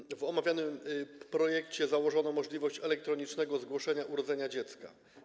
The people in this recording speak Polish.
Ponadto w omawianym projekcie założono możliwość elektronicznego zgłoszenia urodzenia dziecka.